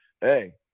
Hey